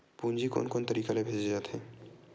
पूंजी कोन कोन तरीका ले भेजे जाथे?